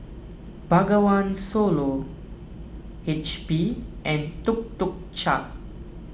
Bengawan Solo H P and Tuk Tuk Cha